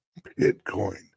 Bitcoin